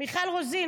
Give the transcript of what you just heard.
מיכל רוזין.